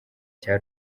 cya